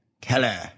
Keller